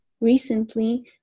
recently